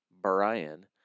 Brian